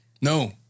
No